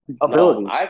Abilities